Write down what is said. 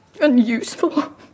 Unuseful